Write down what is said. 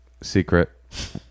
secret